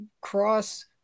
cross